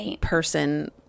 person